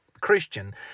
Christian